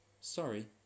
sorry